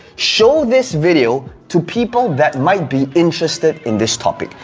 show this video to people that might be interested in this topic.